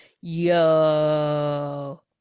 Yo